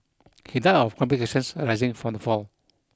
he died of complications arising from the fall